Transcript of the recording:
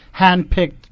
handpicked